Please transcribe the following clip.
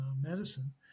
medicine